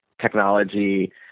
technology